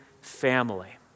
family